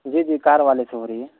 جی جی کار والے سے ہو رہی ہے